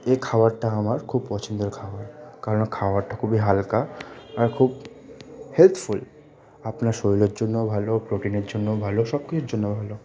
এই খাবারটা আমার খুব পছন্দর খাবার কারণ খাবারটা খুবই হালকা আর খুব হেলথফুল আপনার শরীরের জন্যও ভালো প্রোটিনের জন্যও ভালো সব কিছুর জন্যও ভালো